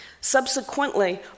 Subsequently